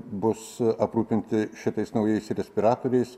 bus aprūpinti šitais naujais respiratoriais